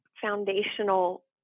foundational